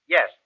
Yes